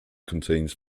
contains